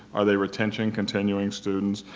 are they retention continuing students?